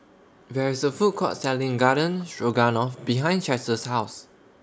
There IS A Food Court Selling Garden Stroganoff behind Chester's House